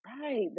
Right